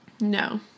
No